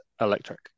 electric